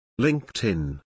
LinkedIn